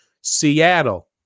Seattle